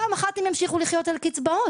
פעם אחת הם ימשיכו לחיות על קצבאות,